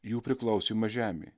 jų priklausymą žemei